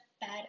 bad